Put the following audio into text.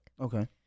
okay